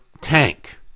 tank